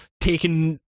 taken